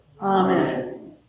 Amen